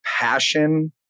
passion